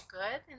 good